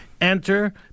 enter